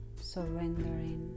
surrendering